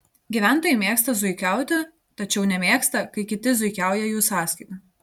gyventojai mėgsta zuikiauti tačiau nemėgsta kai kiti zuikiauja jų sąskaita